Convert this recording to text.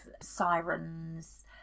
sirens